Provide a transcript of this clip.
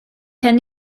hyn